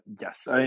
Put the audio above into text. Yes